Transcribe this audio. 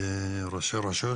ראשי רשויות.